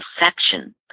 section